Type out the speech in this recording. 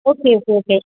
okay okay okay